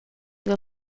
will